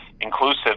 inclusive